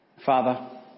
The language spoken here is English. Father